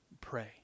Pray